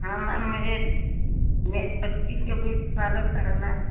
हाँ मैम मुझे मेरी बच्ची के ब्यूटी पार्लर कराना है